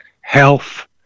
health